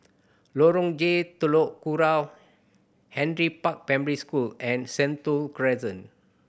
Lorong J Telok Kurau Henry Park Primary School and Sentul Crescent